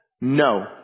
No